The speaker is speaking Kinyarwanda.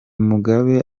mugabe